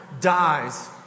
dies